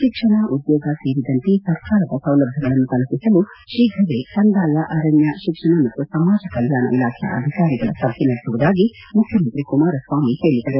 ಶಿಕ್ಷಣ ಉದ್ಯೋಗ ಸೇರಿದಂತೆ ಸರ್ಕಾರದ ಸೌಲಭ್ಯಗಳನ್ನು ತಲುಪಿಸಲು ಶೀಘವೇ ಕಂದಾಯ ಅರಣ್ಯ ಶಿಕ್ಷಣ ಮತ್ತು ಸಮಾಜ ಕಲ್ಕಾಣ ಇಲಾಖೆಯ ಅಧಿಕಾರಿಗಳ ಸಭೆ ನಡೆಸುವುದಾಗಿ ಮುಖ್ಯಮಂತ್ರಿ ಕುಮಾರಸ್ವಾಮಿ ಹೇಳಿದರು